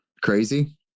crazy